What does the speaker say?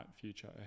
future